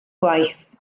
gwaith